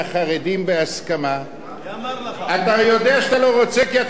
כי אתה יודע שהם לא יסכימו לעולם.